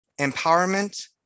empowerment